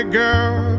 girl